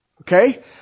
Okay